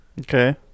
Okay